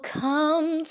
come